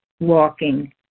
walking